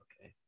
Okay